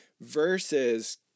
versus